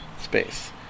space